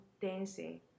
dancing